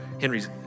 Henry's